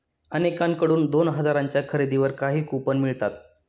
अनेकांकडून दोन हजारांच्या खरेदीवर काही कूपन मिळतात